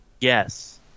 Yes